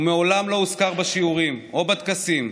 הוא מעולם לא הוזכר בשיעורים או בטקסים.